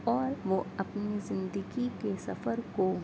اور وہ اپنی زندگی کے سفر کو